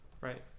right